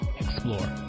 explore